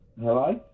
Hello